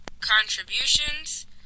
contributions